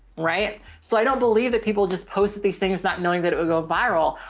right. so i don't believe that people just posted these things, not knowing that it would go viral.